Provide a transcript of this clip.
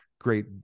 great